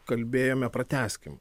kalbėjome pratęskim